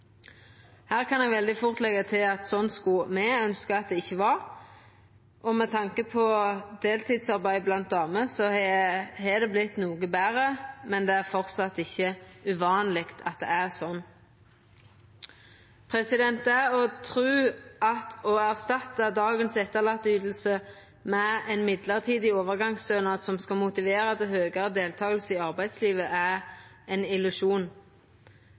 Her kan eg veldig fort leggja til at slik skulle me ønskja at det ikkje var. Med tanke på deltidsarbeid blant damer har det vorte noko betre, men det er framleis ikkje uvanleg at det er slik. Å tru at å erstatta dagens etterlatneyting med ein mellombels overgangsstønad skal motivera til høgare deltaking i arbeidslivet, er ein illusjon.